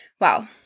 wow